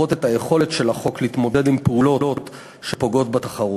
את יכולתו להתמודד עם פעולות שפוגעות בתחרות.